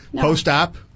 post-op